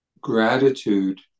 gratitude